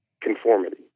conformity